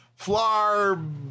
Flar